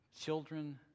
children